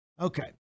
Okay